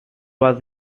was